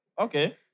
Okay